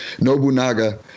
Nobunaga